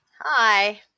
Hi